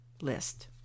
list